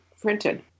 printed